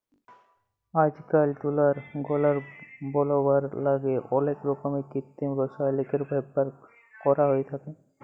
আইজকাইল তুলার গলা বলাবার ল্যাইগে অলেক রকমের কিত্তিম রাসায়লিকের ব্যাভার ক্যরা হ্যঁয়ে থ্যাকে